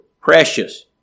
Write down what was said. precious